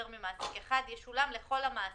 הרי כל הנתונים במדינת ישראל היום נמצאים ברשות המיסים,